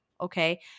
Okay